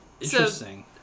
Interesting